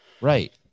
Right